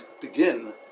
begin